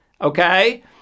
okay